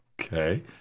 Okay